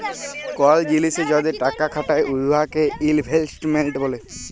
call জিলিসে যদি টাকা খাটায় উয়াকে ইলভেস্টমেল্ট ব্যলে